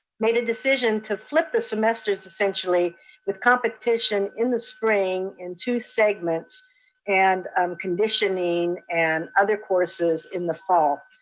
made a decision to flip the semesters essentially with competition in the spring in two segments and um conditioning and other courses in the fall.